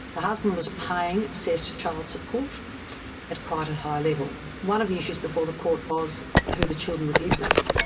the husband was paying set child-support at quite a high level. one of the issues before the court was who the children would live with.